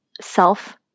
self